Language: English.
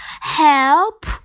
help